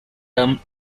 term